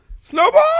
Snowball